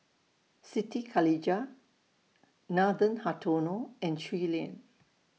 Siti Khalijah Nathan Hartono and Shui Lien